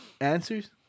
answers